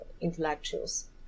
intellectuals